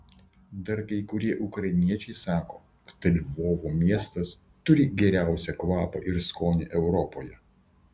dar kai kurie ukrainiečiai sako kad lvovo miestas turi geriausią kvapą ir skonį europoje